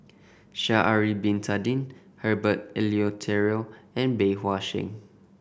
Sha'ari Bin Tadin Herbert Eleuterio and Bey Hua Heng